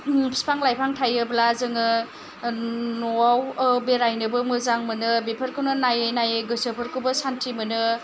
बिफां लाइफां थायोब्ला जोङो न'आव बेरायनोबो मोजां मोनो बेफोरखौनो नायै नायै गोसोफोरखौ सानथि मोनो